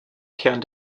kern